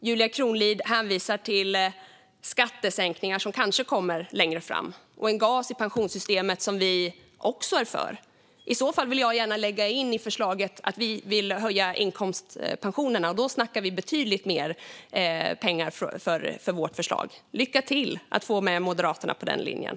Julia Kronlid hänvisar till skattesänkningar som kanske kommer längre fram och en gas i pensionssystemet som vi också är för. I så fall vill jag gärna lägga in i förslaget att vi vill höja inkomstpensionerna. Då snackar vi betydligt mer pengar för vårt förslag. Lycka till med att få med Moderaterna på den linjen!